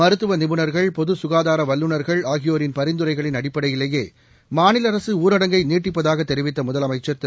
மருத்துவ நிபுணர்கள் பொது சுகாதார வல்லுநர்கள் ஆகியோரின் பரிந்துரைகளின் அடிப்படையிலேயே மாநில அரசு ஊரடங்கை நீட்டிப்பதாக தெரிவித்த முதலமைச்சா் திரு